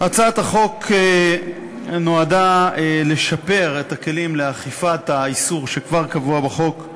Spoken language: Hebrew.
הצעת החוק נועדה לשפר את הכלים לאכיפת האיסור שכבר קבוע בחוק.